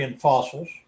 fossils